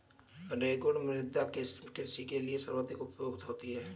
रेगुड़ मृदा किसकी कृषि के लिए सर्वाधिक उपयुक्त होती है?